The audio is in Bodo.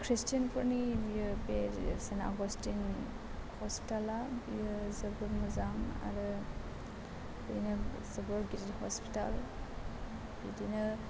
ख्रिस्तियानफोरनि बियो बे सेन्ट आग'स्टिन हस्पिटाल आ बेयो जोबोद मोजां आरो बेनो जोबोद गिदिर हस्पिटाल बिदिनो